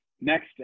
next